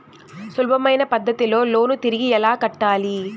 సులభమైన పద్ధతిలో లోను తిరిగి ఎలా కట్టాలి